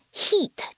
heat